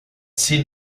seen